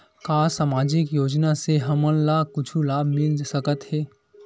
का सामाजिक योजना से हमन ला कुछु लाभ मिल सकत हे?